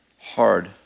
hard